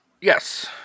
Yes